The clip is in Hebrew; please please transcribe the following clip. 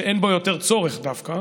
שאין בו יותר צורך דווקא,